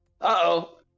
uh-oh